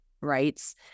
rights